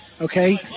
Okay